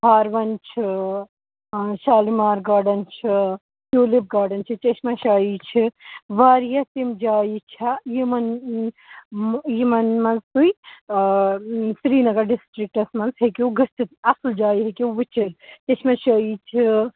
ہاروَن چھِ شالِمور گارڈٕنۍ چھِ ٹیوٗلِپ گارڈٕنۍ چھِ چشمہ شاہی چھِ واریاہ تِم جایہِ چھےٚ یِمَن یِمَن منٛز تُہۍ سِریٖنگر ڈِسٹرکَس منٛز ہیٚکِو گٔژِتھ اَصٕل جایہِ ہیٚکِو وُچھِتھ چشمہ شٲہی چھِ